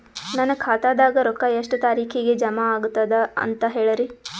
ನನ್ನ ಖಾತಾದಾಗ ರೊಕ್ಕ ಎಷ್ಟ ತಾರೀಖಿಗೆ ಜಮಾ ಆಗತದ ದ ಅಂತ ಹೇಳರಿ?